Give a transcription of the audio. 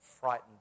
frightened